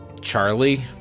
charlie